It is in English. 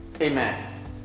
Amen